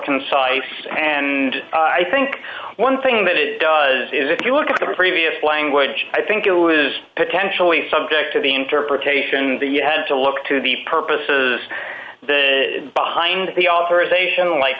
concise and i think one thing that it does is if you look at the previous language i think it was potentially subject to the interpretation that you had to look to the purposes of hind the authorization like